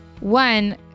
one